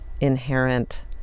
inherent